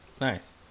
Nice